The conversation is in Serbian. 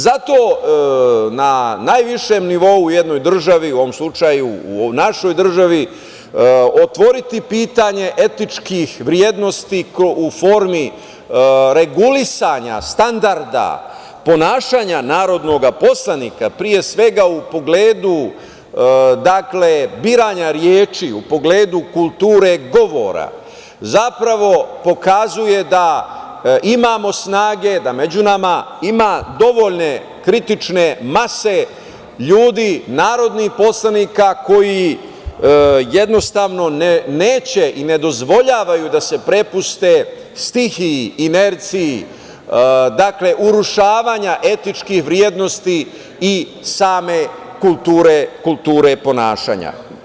Zato na najvišem nivou u jednoj državi, u ovom slučaju u našoj državi otvoriti pitanje etičkih vrednosti u formi regulisanja standarda ponašanja narodnog poslanika, pre svega u pogledu biranja reči, u pogledu kulture govora, zapravo pokazuje da imamo snage, da među nama ima dovoljne kritične mase ljudi, narodnih poslanika koji jednostavno neće i ne dozvoljavaju da se prepuste stihiji, inerciji, urušavanja etičkih vrednosti i same kulture ponašanja.